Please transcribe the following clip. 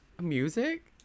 music